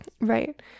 Right